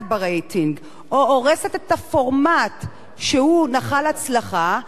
ברייטינג או הורסת את הפורמט שנחל הצלחה,